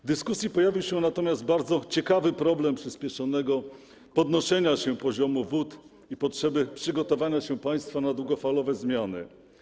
W dyskusji pojawił się natomiast bardzo ciekawy problem przyspieszonego podnoszenia się poziomu wód i potrzeby przygotowania się państwa na długofalowe zmiany.